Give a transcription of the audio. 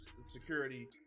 security